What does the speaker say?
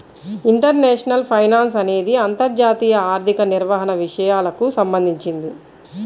international finance అనేది అంతర్జాతీయ ఆర్థిక నిర్వహణ విషయాలకు సంబంధించింది